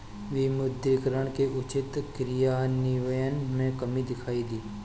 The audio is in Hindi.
विमुद्रीकरण के उचित क्रियान्वयन में कमी दिखाई दी